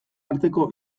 arteko